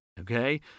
Okay